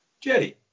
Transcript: jerry